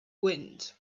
wind